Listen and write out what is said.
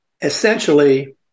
essentially